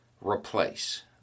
replace